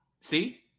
See